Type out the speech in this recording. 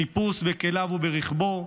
חיפוש בכליו וברכבו,